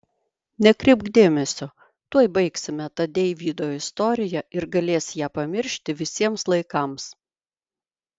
nekreipk dėmesio tuoj baigsime tą deivydo istoriją ir galės ją pamiršti visiems laikams